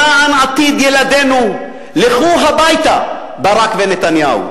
למען עתיד ילדינו, לכו הביתה, ברק ונתניהו.